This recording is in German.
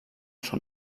schon